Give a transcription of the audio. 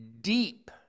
deep